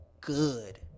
good